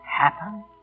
Happen